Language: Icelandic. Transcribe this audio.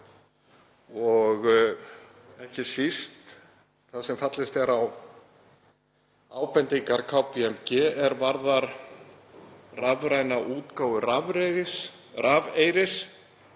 ekki síst þar sem fallist er á ábendingar KPMG er varða rafræna útgáfu rafeyris,